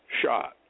shot